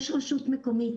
יש רשות מקומית.